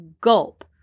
gulp